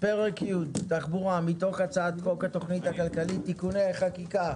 פרק י' (תחבורה) מתוך הצעת חוק התכנית הכלכלית (תיקוני חקיקה